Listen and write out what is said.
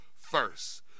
first